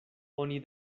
oni